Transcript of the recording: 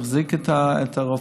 תחזיק את הרופאים,